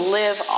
live